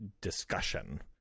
discussion